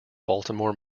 baltimore